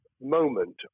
moment